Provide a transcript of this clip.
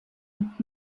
und